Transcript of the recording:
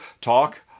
talk